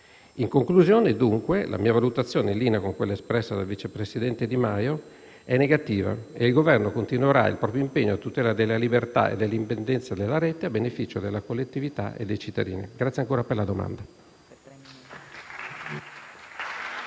In conclusione, dunque, la mia valutazione, in linea con quella espressa dal vice presidente Di Maio, è negativa e il Governo continuerà il proprio impegno a tutela della libertà e dell'indipendenza della rete, a beneficio della collettività e dei cittadini. La ringrazio ancora per la domanda.